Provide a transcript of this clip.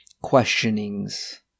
questionings